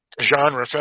Genre